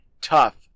tough